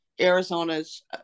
Arizona's